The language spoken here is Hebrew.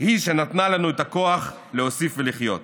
היא שנתנה לנו את הכוח להוסיף ולחיות.